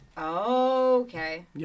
Okay